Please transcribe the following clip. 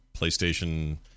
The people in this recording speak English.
PlayStation